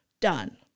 Done